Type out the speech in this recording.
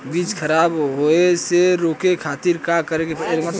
बीज खराब होए से रोके खातिर का करे के पड़ी?